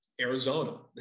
Arizona